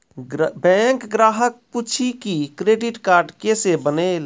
Bank ग्राहक पुछी की क्रेडिट कार्ड केसे बनेल?